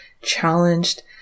challenged